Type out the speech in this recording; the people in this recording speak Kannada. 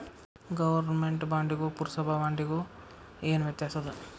ಗವರ್ಮೆನ್ಟ್ ಬಾಂಡಿಗೂ ಪುರ್ಸಭಾ ಬಾಂಡಿಗು ಏನ್ ವ್ಯತ್ಯಾಸದ